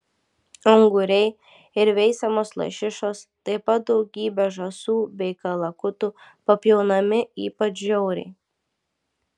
unguriai ir veisiamos lašišos taip pat daugybė žąsų bei kalakutų papjaunami ypač žiauriai